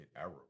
error